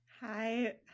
Hi